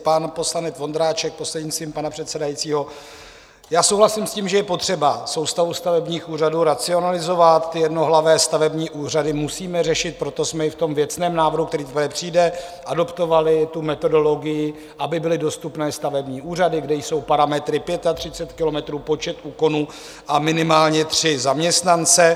Pan poslanec Vondráček, prostřednictvím pana předsedajícího: souhlasím s tím, že je potřeba soustavu stavebních úřadu racionalizovat, jednohlavé stavební úřady musíme řešit, proto jsme i v tom věcném návrhu, který teprve přijde, adoptovali metodologii, aby byly dostupné stavební úřady, kde jsou parametry 35 kilometrů, počet úkonů a minimálně 3 zaměstnance.